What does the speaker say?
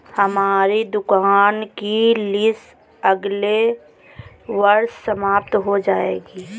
हमारी दुकान की लीस अगले वर्ष समाप्त हो जाएगी